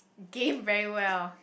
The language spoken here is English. game very well